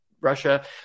Russia